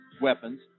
weapons